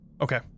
Okay